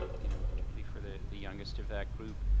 you know particularly for the the youngest of that group,